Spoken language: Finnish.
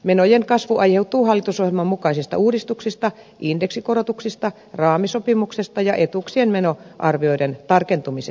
menojen kasvu aiheutuu hallitusohjelman mukaisista uudistuksista indeksikorotuksista raamisopimuksesta ja etuuksien menoarvioiden tarkentumisesta